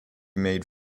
made